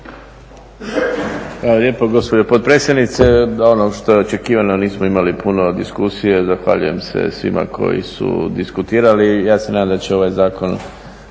lijepo gospođo potpredsjednice. Ono što je očekivano, nismo imali puno diskusije. Zahvaljujem se svima koji su diskutirali. Ja se nadam da će ovaj zakon